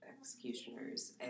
executioners